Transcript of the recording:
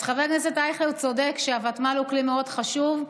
אז חבר הכנסת אייכלר צודק שהוותמ"ל הוא כלי מאוד חשוב.